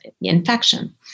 infection